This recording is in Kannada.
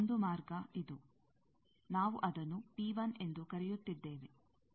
ಒಂದು ಮಾರ್ಗ ಇದು ನಾವು ಅದನ್ನು ಎಂದು ಕರೆಯುತ್ತಿದ್ದೇವೆ ಅಂದರೆ